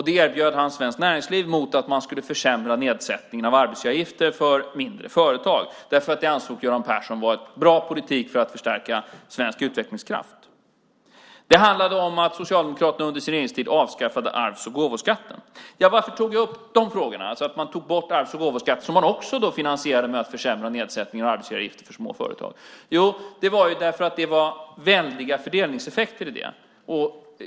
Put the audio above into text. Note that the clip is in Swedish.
Det erbjöd han Svenskt Näringsliv mot att man skulle försämra nedsättningen av arbetsgivaravgifter för mindre företag. Det ansåg Göran Persson vara bra politik för att förstärka svensk utvecklingskraft. Det handlade också om att Socialdemokraterna under sin regeringstid avskaffade arvs och gåvoskatten. Varför tog jag upp frågorna om att man tog bort arvs och gåvoskatten som man också finansierade med att försämra nedsättningen av arbetsgivaravgiften för små företag? Jo, det var väldiga fördelningseffekter i det.